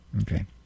Okay